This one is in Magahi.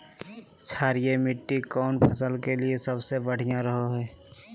क्षारीय मिट्टी कौन फसल के लिए सबसे बढ़िया रहो हय?